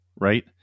right